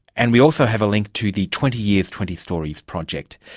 and we also have a link to the twenty years twenty stories project.